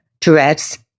Tourette's